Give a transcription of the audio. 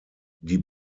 die